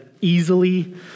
easily